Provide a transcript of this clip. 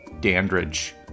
Dandridge